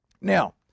Now